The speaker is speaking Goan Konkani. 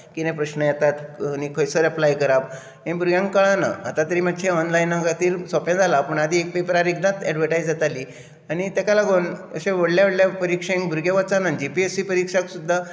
कितें प्रस्न येतात आनी खंयसर अप्लाय करप हें भुरग्यांक कळना आतां तरी मातशें ऑनलायना खातीर सोंपें जालां पूण आदीं पेपरार एकदांच एडवर्टायज येताली आनी ताका लागून अशा व्हडल्या व्हडल्या परिक्षेक भुरगे वचनात जीपीएससी परिक्षेक सुद्दां